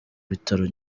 bitaro